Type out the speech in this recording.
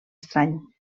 estrany